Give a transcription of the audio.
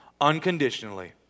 Unconditionally